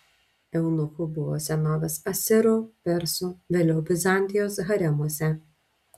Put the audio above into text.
eunuchų buvo senovės asirų persų vėliau bizantijos haremuose